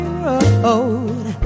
road